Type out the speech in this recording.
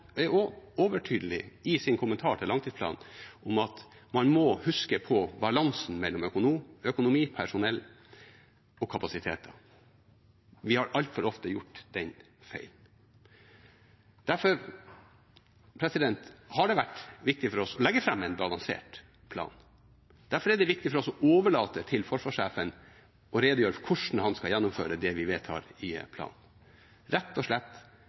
er også overtydelig i sin kommentar til langtidsplanen om at man må huske på balansen mellom økonomi, personell og kapasiteter. Vi har altfor ofte gjort den feilen. Derfor har det vært viktig for oss å legge fram en balansert plan. Derfor er det viktig for oss å overlate til forsvarssjefen å redegjøre for hvordan han skal gjennomføre det vi vedtar i planen, rett og slett